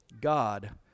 God